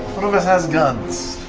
one of us has guns.